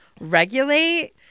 regulate